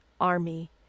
army